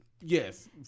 yes